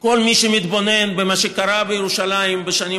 כל מי שמתבונן במה שקרה בירושלים בשנים